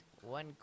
One